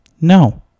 No